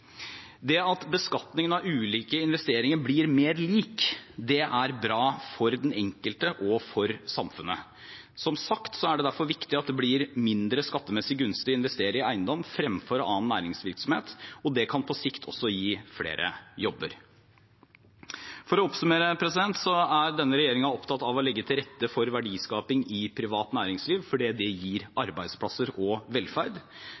At beskatningen av ulike investeringer blir mer lik, er bra for den enkelte og for samfunnet. Som sagt: Derfor er det viktig at det blir mindre skattemessig gunstig å investere i eiendom fremfor i annen næringsvirksomhet. Det kan på sikt også gi flere jobber. For å oppsummere: Denne regjeringen er opptatt av å legge til rette for verdiskaping i privat næringsliv, for det gir arbeidsplasser og velferd.